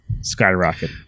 skyrocket